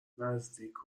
نزدیک